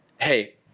Hey